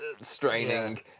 straining